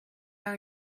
are